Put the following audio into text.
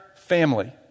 family